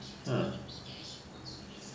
!huh!